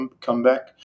comeback